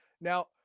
now